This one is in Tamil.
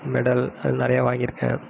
மெடல் அது நிறையா வாங்கிருக்கேன்